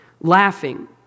laughing